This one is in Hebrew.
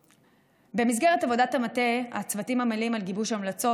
במסגרת עבודת המטה הצוותים עמלים על גיבוש המלצות,